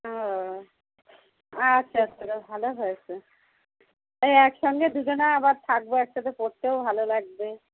ও আচ্ছা আচ্ছা ভালো হয়েছে এই একসঙ্গে দুজনা আবার থাকবো একসাথে পড়তেও ভালো লাগবে